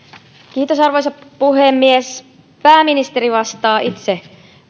arvoisa puhemies pääministeri vastaa itse